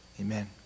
Amen